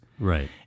Right